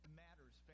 matters